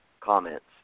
comments